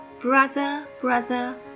brother-brother